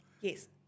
Yes